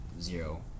zero